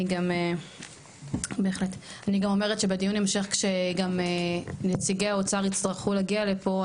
אני גם אומרת שבדיון המשך שגם נציגי האוצר יצטרכו להגיע לפה,